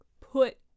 put